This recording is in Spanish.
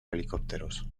helicópteros